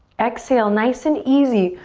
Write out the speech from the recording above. exhale, nice and easy.